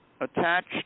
attached